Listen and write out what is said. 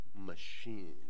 machine